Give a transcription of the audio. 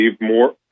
more